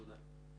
תודה.